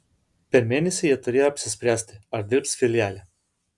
per mėnesį jie turėjo apsispręsti ar dirbs filiale